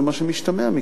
עם כל מה שמשתמע מכך.